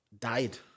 Died